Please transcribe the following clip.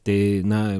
tai na